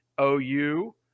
OU